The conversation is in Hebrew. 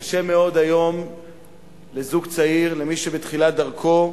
קשה מאוד היום לזוג צעיר, למי שבתחילת דרכו,